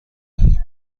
دهیم